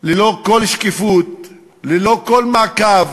ללא כל שקיפות, ללא כל מעקב,